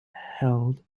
held